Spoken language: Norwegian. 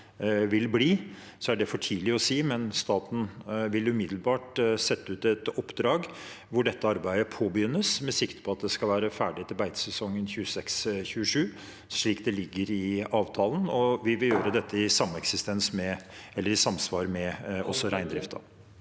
vil bli, er det for tidlig å si, men staten vil umiddelbart sette ut et oppdrag hvor dette arbeidet påbegynnes, med sikte på at det skal være ferdig til beitesesongen 2026–2027, slik det ligger i avtalen, og vi vil gjøre det i samsvar med reindriften.